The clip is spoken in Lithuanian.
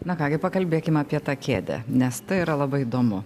na ką gi pakalbėkim apie tą kėdę nes tai yra labai įdomu